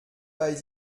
bei